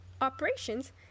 operations